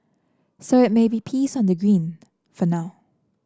so it may be peace on the green for now